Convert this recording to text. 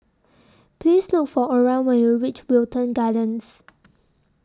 Please Look For Oran when YOU REACH Wilton Gardens